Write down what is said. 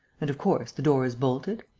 and, of course, the door is bolted.